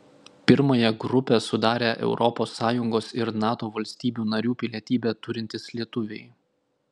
pirmąją grupę sudarę europos sąjungos ir nato valstybių narių pilietybę turintys lietuviai